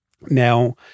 Now